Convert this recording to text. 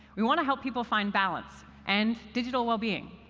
we want to help people find balance and digital well-being.